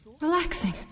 relaxing